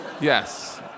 Yes